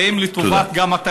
ואם זה גם לטובת התלמידים,